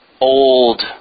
old